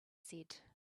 said